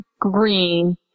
green